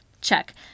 Check